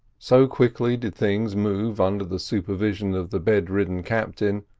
so quickly did things move under the supervision of the bedridden captain,